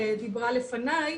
שדיברה לפניי,